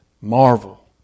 marvel